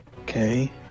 okay